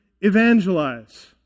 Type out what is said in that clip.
evangelize